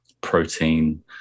protein